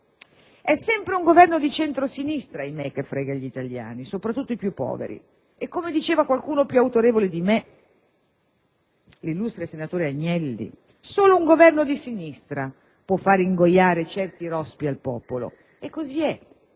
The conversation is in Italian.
È sempre un Governo di centro-sinistra che frega gli italiani, soprattutto i più poveri. Come diceva qualcuno più autorevole di me - l'illustre senatore Agnelli -, solo un Governo di sinistra può far ingoiare certi rospi al popolo. E così è.